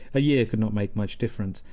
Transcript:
a year could not make much difference,